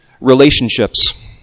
relationships